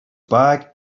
bag